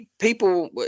People